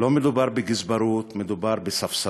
לא מדובר בגזברות, מדובר בספסרות.